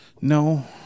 No